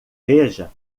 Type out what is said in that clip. veja